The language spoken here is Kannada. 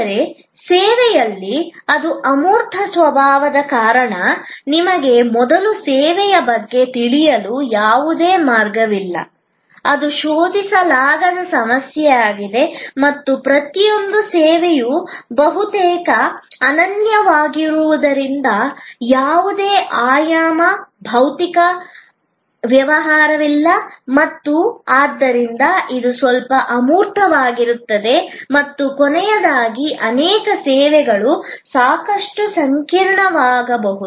ಆದರೆ ಸೇವೆಯಲ್ಲಿ ಅದು ಅಮೂರ್ತ ಸ್ವಭಾವದ ಕಾರಣ ನಿಮಗೆ ಮೊದಲು ಸೇವೆಯ ಬಗ್ಗೆ ತಿಳಿಯಲು ಯಾವುದೇ ಮಾರ್ಗವಿಲ್ಲ ಅದು ಶೋಧಿಸಲಾಗದ ಸಮಸ್ಯೆಯಾಗಿದೆ ಮತ್ತು ಪ್ರತಿಯೊಂದು ಸೇವೆಯು ಬಹುತೇಕ ಅನನ್ಯವಾಗಿರುವುದರಿಂದ ಯಾವುದೇ ಆಯಾಮ ಭೌತಿಕ ಪತ್ರವ್ಯವಹಾರವಿಲ್ಲ ಮತ್ತು ಆದ್ದರಿಂದ ಇದು ಸ್ವಲ್ಪ ಅಮೂರ್ತವಾಗುತ್ತದೆ ಮತ್ತು ಕೊನೆಯದಾಗಿ ಅನೇಕ ಸೇವೆಗಳು ಸಾಕಷ್ಟು ಸಂಕೀರ್ಣವಾಗಬಹುದು